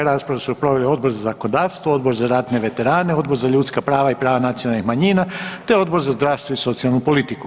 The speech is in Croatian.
Raspravu su proveli Odbor za zakonodavstvo, Odbor za ratne veterane, Odbor za ljudska prava i prava nacionalnih manjina te Odbor za zdravstvo i socijalnu politiku.